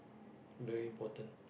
very important